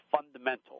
fundamental